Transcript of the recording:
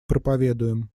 проповедуем